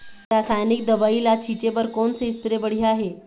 रासायनिक दवई ला छिचे बर कोन से स्प्रे बढ़िया हे?